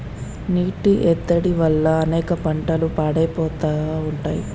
నీటి ఎద్దడి వల్ల అనేక పంటలు పాడైపోతా ఉంటాయి